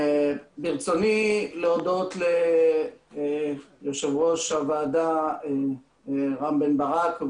ברצוני להודות ליושב ראש הוועדה רם בן ברק,